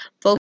focus